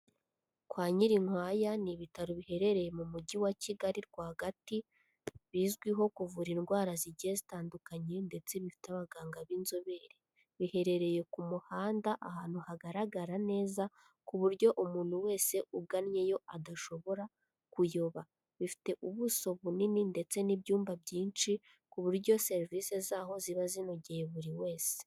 Kwa Nyirinkwaya ni ibitaro biherereye mu mujyi wa Kigali rwagati, bizwiho kuvura indwara zigiye zitandukanye ndetse bifite abaganga b'inzobere, biherereye ku muhanda ahantu hagaragara neza ku buryo umuntu wese ugannyeyo adashobora kuyoba, bifite ubuso bunini ndetse n'ibyumba byinshi ku buryo serivisi z'aho ziba zinogeye buri wese.